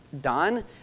done